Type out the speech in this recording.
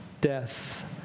death